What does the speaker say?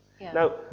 Now